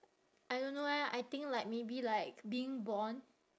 I don't know eh I think like maybe like being born